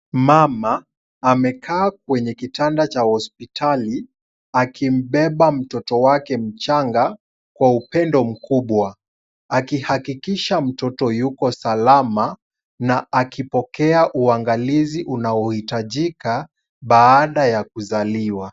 Mama amekaa kwenye kitanda cha hospitali akimbeba mtoto wake mchanga kwa upendo mkubwa akihakikisha mtoto yuko salama na akipokea uangalizi unaohitajika baada ya kuzaliwa.